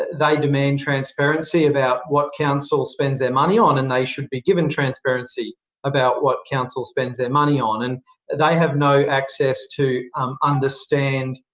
they demand transparency about what council spends their money on, and they should be given transparency about what council spends their money on. and they have no access to understand